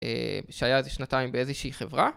שהיה איזה שנתיים באיזושהי חברה